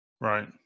Right